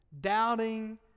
Doubting